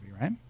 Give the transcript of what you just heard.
right